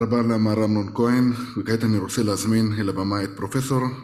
אמר מר אמנון כהן, וכעת אני רוצה להזמין אל הבמה את פרופסור.